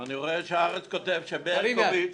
של קבוצת סיעת יש עתיד לסעיף